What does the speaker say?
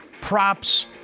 Props